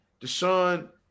Deshaun